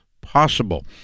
possible